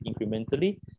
incrementally